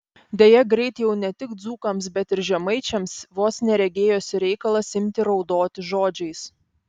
deja greit jau ne tik dzūkams bet ir žemaičiams vos ne regėjosi reikalas imti raudoti žodžiais